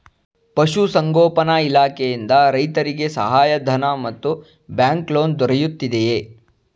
ಪಶು ಸಂಗೋಪನಾ ಇಲಾಖೆಯಿಂದ ರೈತರಿಗೆ ಸಹಾಯ ಧನ ಮತ್ತು ಬ್ಯಾಂಕ್ ಲೋನ್ ದೊರೆಯುತ್ತಿದೆಯೇ?